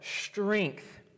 strength